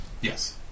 Yes